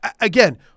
again